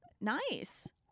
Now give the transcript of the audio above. nice